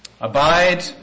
Abide